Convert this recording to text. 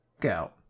go